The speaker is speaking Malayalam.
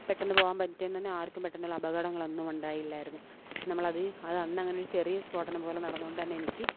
പെട്ടെന്ന് പോകാൻ പറ്റിയെന്നു തന്നെ ആർക്കും പെട്ടെന്നുള്ള അപകടങ്ങളോ ഒന്നുമുണ്ടായില്ലായിരുന്നു പക്ഷേ നമ്മളത് അതന്നങ്ങനെ ചെറിയ സ്ഫോടനം പോലെ നടന്നതു കൊണ്ടുതന്നെ എനിക്ക്